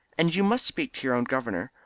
and you must speak to your own governor.